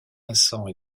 vincent